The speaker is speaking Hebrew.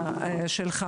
עושה.